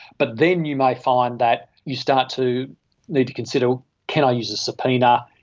but then you may find that you start to need to consider can i use a subpoena,